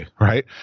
right